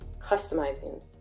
customizing